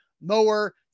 mower